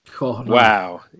wow